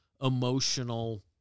emotional